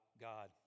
God